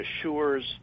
assures